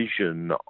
vision